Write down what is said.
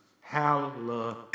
Hallelujah